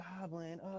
Goblin